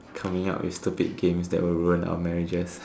coming up with stupid games that will ruin our marriages